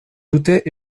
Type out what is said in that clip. doutais